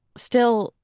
still,